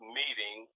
meeting